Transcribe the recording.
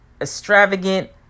extravagant